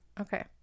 okay